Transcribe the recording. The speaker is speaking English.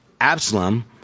Absalom